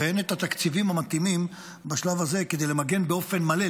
ואין את התקציבים המתאימים בשלב הזה כדי למגן באופן מלא,